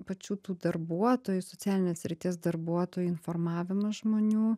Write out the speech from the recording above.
pačių tų darbuotojų socialinės srities darbuotojų informavimas žmonių